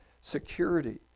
security